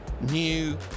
New